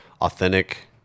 authentic